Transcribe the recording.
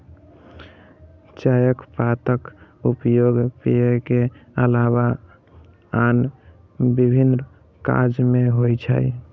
चायक पातक उपयोग पेय के अलावा आन विभिन्न काज मे होइ छै